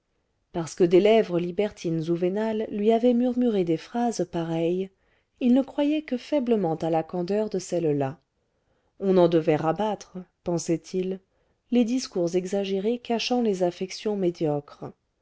parce que des lèvres libertines ou vénales lui avaient murmuré des phrases pareilles il ne croyait que faiblement à la candeur de celles-là on en devait rabattre pensait-il les discours exagérés cachant les affections médiocres